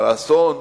אבל האסון,